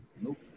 Nope